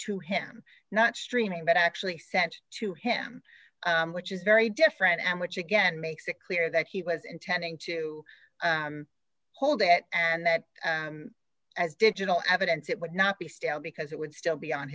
to him not streaming but actually sent to him which is very different and which again makes it clear that he was intending to hold it and that as digital evidence it would not be stale because it would still be on